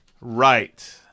Right